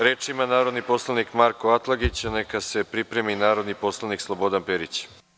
Reč ima narodni poslanik Marko Atlagić, a neka se pripremi narodni poslanik Slobodan Perić.